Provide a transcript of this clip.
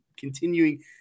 Continuing